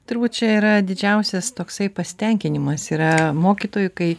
turbūt čia yra didžiausias toksai pasitenkinimas yra mokytojui kai